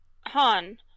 Han